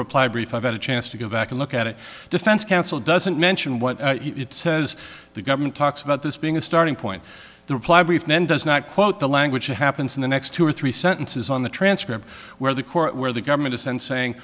reply brief i got a chance to go back and look at it defense counsel doesn't mention what it says the government talks about this being a starting point the reply brief then does not quote the language that happens in the next two or three sentences on the transcript where the court where the government is and saying